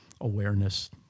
Awareness